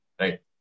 right